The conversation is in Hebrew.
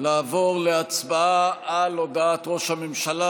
לעבור להצבעה על הודעת ראש הממשלה.